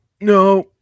no